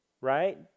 right